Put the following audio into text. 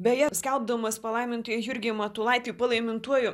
beje skelbdamas palaimintąjį jurgį matulaitį palaimintuoju